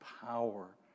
power